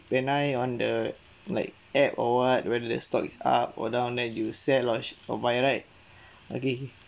when I on the like app or what whether that stock is up or down then you sell launch or buy right okay